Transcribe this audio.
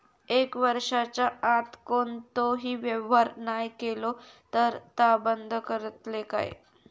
एक वर्षाच्या आत कोणतोही व्यवहार नाय केलो तर ता बंद करतले काय?